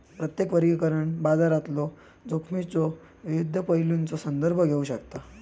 प्रत्येक वर्गीकरण बाजारातलो जोखमीच्यो विविध पैलूंचो संदर्भ घेऊ शकता